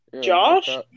Josh